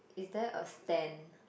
is there a stand